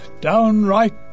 Downright